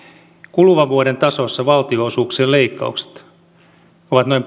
kuluvan vuoden tasossa valtionosuuksien leikkaukset ovat noin